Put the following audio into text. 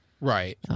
Right